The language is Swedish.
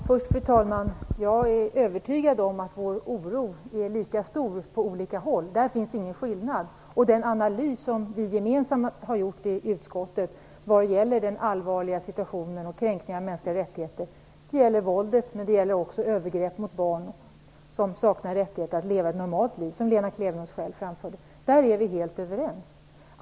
Fru talman! Jag är övertygad om att oron bland oss är lika stor på olika håll. Därvidlag finns ingen skillnad. I den analys som vi gemensamt har gjort i utskottet återspeglas den allvarliga situationen och kränkningarna av mänskliga rättigheter - det gäller våldet men det gäller också övergrepp mot barn som saknar rättighet att leva ett normalt liv, som Lena Klevenås själv anförde. Därvidlag är vi helt överens.